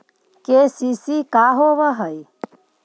KCC का होव हइ?